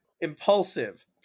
impulsive